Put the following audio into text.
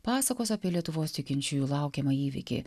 pasakos apie lietuvos tikinčiųjų laukiamą įvykį